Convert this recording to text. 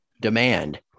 demand